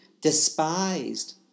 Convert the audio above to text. despised